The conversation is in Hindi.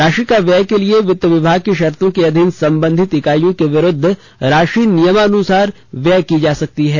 राशि के व्यय के लिए वित्त विभाग की शर्तों के अधीन संबंधित ईकाईयों के विरुद्ध राशि नियमानुसार व्यय की जा सकती है